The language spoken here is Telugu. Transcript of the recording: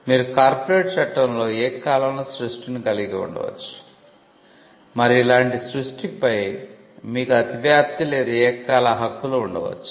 మీరు కార్పొరేట్ చట్టంలో ఏకకాలంలో సృష్టిని కలిగి ఉండవచ్చు మరియు ఇలాంటి సృష్టిపై మీకు అతివ్యాప్తి లేదా ఏకకాల హక్కులు ఉండవచ్చు